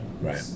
Right